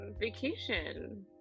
vacation